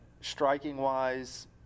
striking-wise